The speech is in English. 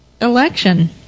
election